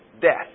death